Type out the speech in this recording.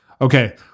Okay